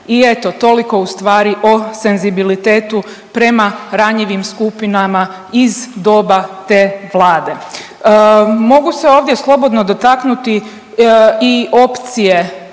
I eto toliko ustvari o senzibilitetu prema ranjivim skupinama iz doba te Vlade. Mogu se ovdje slobodno dotaknuti i opcije